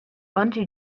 bungee